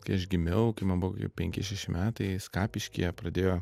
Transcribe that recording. kai aš gimiau kai man buvo penki šeši metai skapiškyje pradėjo